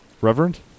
Reverend